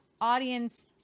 audience